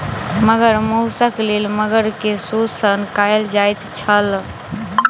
मगर मौसक लेल मगर के शोषण कयल जाइत छल